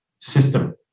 system